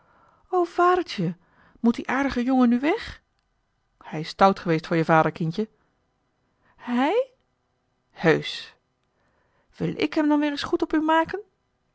vadertje moet die aardige jongen nu weg hij is stout geweest voor je vader kindje hij heusch wil ik hem dan weer eens goed op u maken